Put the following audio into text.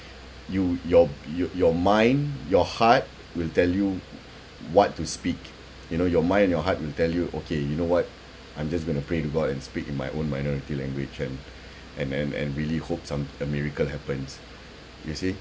you your your your mind your heart will tell you what to speak you know your mind and your heart will tell you okay you know what I'm just going to pray to god and speak in my own minority language and and and and really hope some~ a miracle happens you see